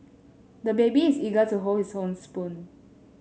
the baby is eager to hold his own spoon